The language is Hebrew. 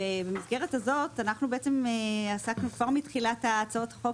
במסגרת הזאת אנחנו עסקנו כבר מתחילת הצעות החוק